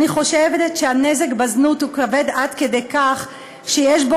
אני חושבת שהנזק בזנות הוא כבד עד כדי שיש בו